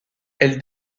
elle